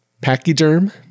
Pachyderm